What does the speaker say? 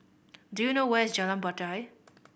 do you know where is Jalan Batai